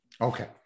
okay